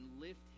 lift